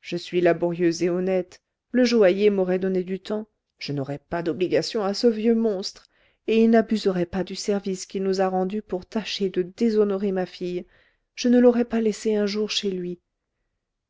je suis laborieux et honnête le joaillier m'aurait donné du temps je n'aurais pas d'obligation à ce vieux monstre et il n'abuserait pas du service qu'il nous a rendu pour tâcher de déshonorer ma fille je ne l'aurais pas laissée un jour chez lui